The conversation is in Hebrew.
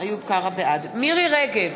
מירי רגב,